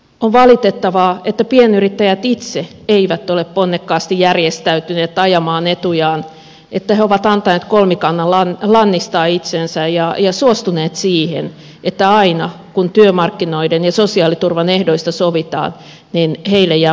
on valitettavaa että pienyrittäjät itse eivät ole ponnekkaasti järjestäytyneet ajamaan etujaan että he ovat antaneet kolmikannan lannistaa itsensä ja suostuneet siihen että aina kun työmarkkinoiden ja sosiaaliturvan ehdoista sovitaan heille jää mustapekka käteen